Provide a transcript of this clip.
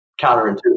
counterintuitive